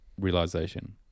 realization